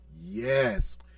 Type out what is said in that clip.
Yes